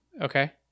Okay